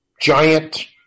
giant